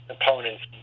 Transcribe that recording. opponents